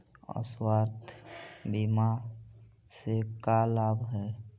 स्वास्थ्य बीमा से का लाभ है?